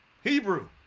Hebrew